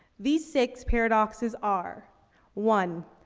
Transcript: these six paradoxes are one,